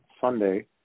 Sunday